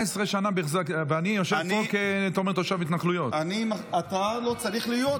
19 שנה, ואני יושב פה, אתה אומר, כתושב התנחלויות.